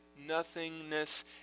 nothingness